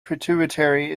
pituitary